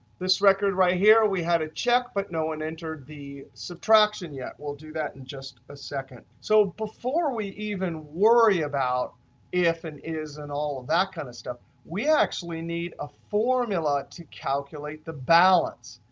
this record right here we had a check, but no one entered the subtraction yet. we'll do that in just a second. so before we even worry about if, and is, and all of that kind of stuff, we actually need a formula to calculate the balance.